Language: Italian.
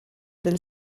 del